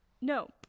No